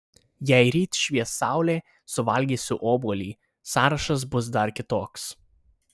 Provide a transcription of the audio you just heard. jei ryt švies saulė suvalgysiu obuolį sąrašas bus dar kitoks